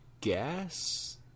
Gas